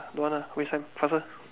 don't want ah waste time faster